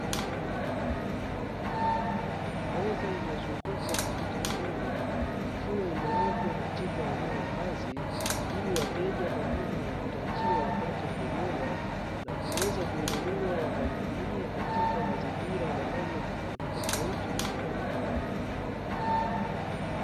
Meza iliyozungukwa na viti vinne ikiwa imewekwa katika eneo la wazi, ili wateja pamoja na wapita njia wapate kuiona na kuweza kuinunua wakaitumie katika mazingira na namna tofautitofauti majumbani mwao.